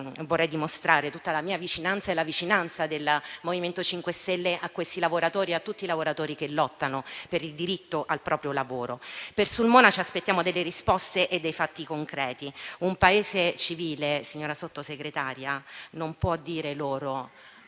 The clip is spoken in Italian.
vorrei esprimere tutta la vicinanza mia e del MoVimento 5 stelle a questi lavoratori e a tutti coloro che lottano per il diritto al proprio lavoro. Per Sulmona ci aspettiamo delle risposte e dei fatti concreti. Un Paese civile, signora Sottosegretaria, non può dire loro: